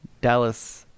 Dallas-